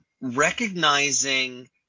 recognizing